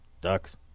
Ducks